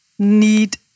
Need